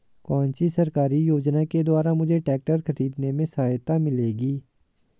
कौनसी सरकारी योजना के द्वारा मुझे ट्रैक्टर खरीदने में सहायता मिलेगी?